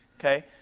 Okay